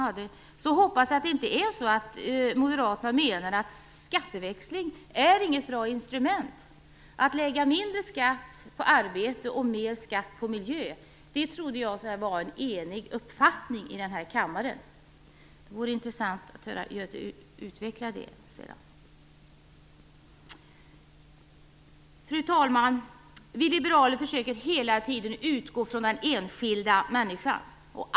Jag hoppas att det inte är så att Moderaterna menar att skatteväxling inte är något bra instrument. Att lägga mindre skatt på arbete och mer skatt på miljö - det trodde jag att vi var eniga om i den här kammaren. Det vore intressant att höra Göte Jonsson utveckla det sedan. Fru talman! Vi liberaler försöker hela tiden utgå från den enskilda människan.